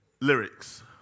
lyrics